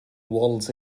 waddles